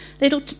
little